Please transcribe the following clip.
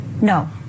No